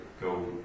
go